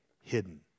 Hidden